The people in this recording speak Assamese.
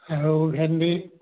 আৰু ভেন্দী